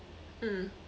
mm